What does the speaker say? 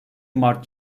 mart